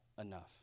enough